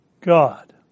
God